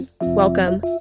Welcome